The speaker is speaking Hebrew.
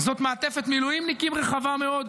זאת מעטפת מילואימניקים רחבה מאוד,